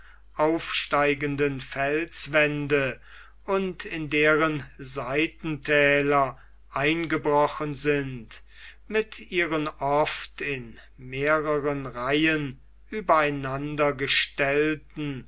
aufsteigenden felswände und in deren seitentäler eingebrochen sind mit ihren oft in mehreren reihen